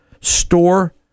store